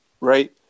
Right